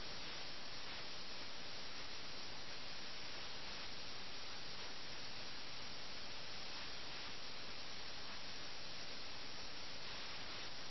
അവർക്ക് രക്ഷപ്പെടാൻ ആഗ്രഹമുള്ളതിനാൽ കളിക്കാൻ വേണ്ടി ഗോമതി നദിയുടെ തീരത്തേക്ക് രക്ഷപ്പെടാൻ അവർ ആഗ്രഹിക്കുന്നു